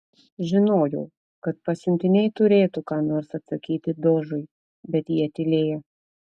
žinojau kad pasiuntiniai turėtų ką nors atsakyti dožui bet jie tylėjo